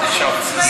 לפני השירות הצבאי,